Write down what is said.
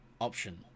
option